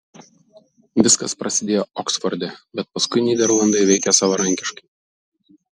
viskas prasidėjo oksforde bet paskui nyderlandai veikė savarankiškai